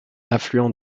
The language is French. affluent